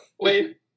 Wait